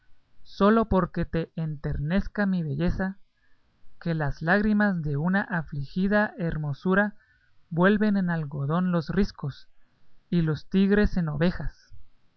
sólo porque te enternezca mi belleza que las lágrimas de una afligida hermosura vuelven en algodón los riscos y los tigres en ovejas